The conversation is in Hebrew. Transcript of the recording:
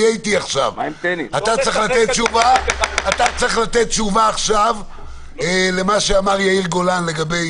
אתה צריך לתת תשובה עכשיו למה שאמר יאיר גולן לגבי